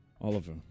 Oliver